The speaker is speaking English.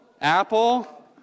Apple